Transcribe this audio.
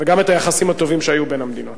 וגם את היחסים הטובים שהיו בין המדינות.